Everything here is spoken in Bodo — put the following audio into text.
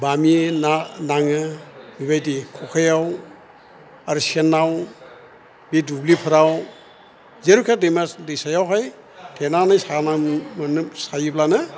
बामि ना नाङो बेबायदि खखायाव आरो सेनआव बे दुब्लिफ्राव जेरावखि दैमा दैसायावहाय थेनानै साना मोनो सायोब्लानो